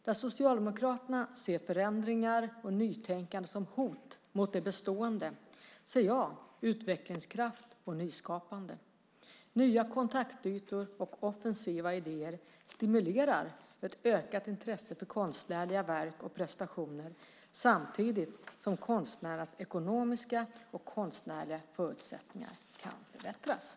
Där Socialdemokraterna ser förändringar och nytänkande som hot mot det bestående ser jag utvecklingskraft och nyskapande. Nya kontaktytor och offensiva idéer stimulerar till ett ökat intresse för konstnärliga verk och presentationer, samtidigt som konstnärernas ekonomiska och konstnärliga förutsättningar kan förbättras.